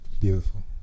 beautiful